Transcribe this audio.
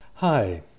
Hi